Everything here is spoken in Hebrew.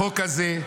החוק הזה,